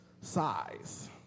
size